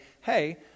hey